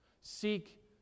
seek